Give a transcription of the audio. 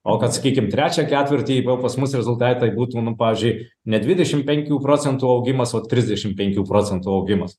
o kad sakykim trečią ketvirtį jau buvo pas mus rezultatai būtų nu pavyzdžiui ne dvidešim penkių procentų augimas o trisdešim penkių procentų augimas